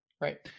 right